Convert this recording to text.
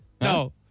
No